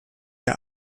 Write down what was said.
der